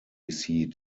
seat